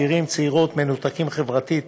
צעירים וצעירות מנותקים חברתית